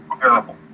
terrible